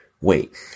Wait